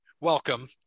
Welcome